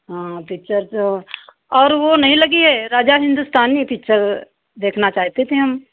हाँ पिक्चर तो और वह नहीं लगी है राजा हिन्दुस्तानी पिक्चर देखना चाहते थे हम